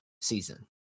season